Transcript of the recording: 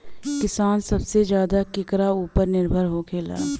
किसान सबसे ज्यादा केकरा ऊपर निर्भर होखेला?